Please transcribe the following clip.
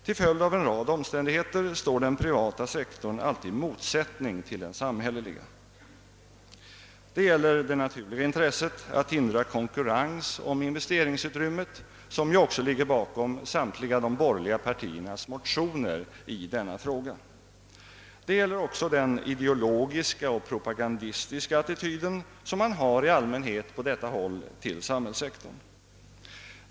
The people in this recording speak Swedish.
Till följd av en rad omständigheter står den privata sektorn alltid i motsättning till den samhälleliga. Det gäller det naturliga intresset att hindra konkurrens om investeringsutrymmet, som också ligger bakom samtliga de borgerliga partiernas motioner i denna fråga. Det gäller också den ideologiska och propagandistiska attityd som man på det hållet i allmänhet har till samhällssektorn.